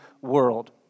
world